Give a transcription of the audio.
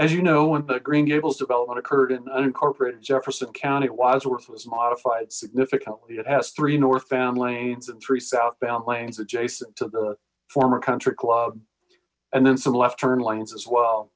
as you know in the green gables development occurred in unincorporated jefferson county wadsworth was modified significantly it has three north family and three southbound lanes adjacent to the former country club and then some left turn lanes as well